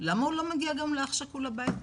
למה הוא לא מגיע גם לאח שכול הביתה?